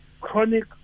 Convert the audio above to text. chronic